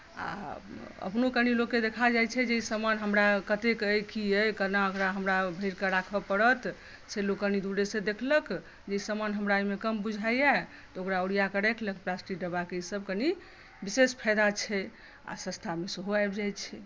आ अपनो कनि लोककेँ देखा जाइत छै जे ई समान हमरा कतेक अइ की अइ केना ओकरा हमरा भरि कऽ राखय पड़त से लोक कनि दूरेसँ देखलक जे ई समान हमरा एहिमे कम बुझाइए तऽ ओकरा ओरिया कऽ रखलथि प्लास्टिक डब्बाके ईसभ कनि विशेष फायदा छै आ सस्तामे सेहो आबि जाइत छै